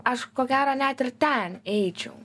aš ko gero net ir ten eičiau